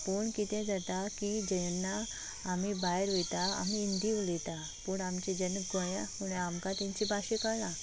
पूण कितें जाता की जेन्ना आमी भायर वयतात आमी हिंदी उलयतात पूण आमचें जेन्ना गोंया फुडें आमकां तेंची भाशा कळनां